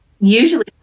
usually